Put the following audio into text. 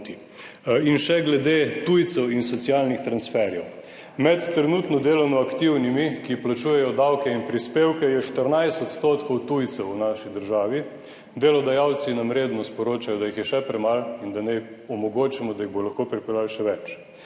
In še glede tujcev in socialnih transferjev. Med trenutno delovno aktivnimi, ki plačujejo davke in prispevke, je 14 odstotkov tujcev v naši državi. Delodajalci nam redno sporočajo, da jih je še premalo in da naj omogočimo, da jih bo lahko pripeljali še več.